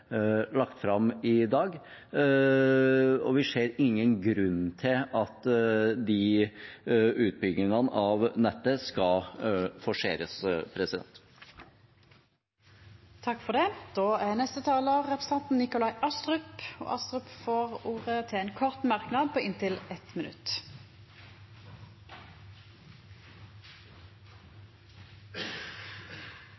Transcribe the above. lagt fram i dag, og vi ser ingen grunn til at utbyggingene av nettet skal forseres. Det er i grunnen til representanten Sve, som ikke lenger er